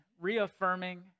reaffirming